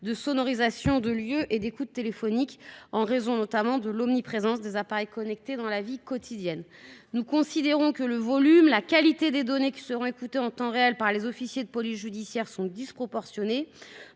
de sonorisation de lieux et d'écoutes téléphoniques en raison, notamment, de l'omniprésence des appareils connectés dans la vie quotidienne. À nos yeux, le volume et la qualité des données qui seront écoutés en temps réel par les officiers de police judiciaire sont disproportionnés.